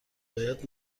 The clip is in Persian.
باید